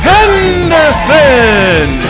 Henderson